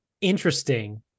interesting